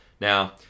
Now